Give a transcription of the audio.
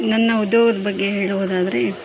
ನನ್ನ ಉದ್ಯೋಗದ ಬಗ್ಗೆ ಹೇಳುವುದಾದರೆ